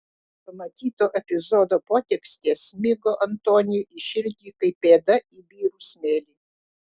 pamatyto epizodo potekstė smigo antoniui į širdį kaip pėda į birų smėlį